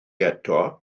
eto